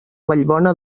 vallbona